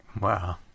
Wow